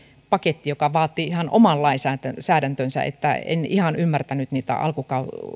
paketti joka vaatii ihan oman lainsäädäntönsä niin että en ihan ymmärtänyt niitä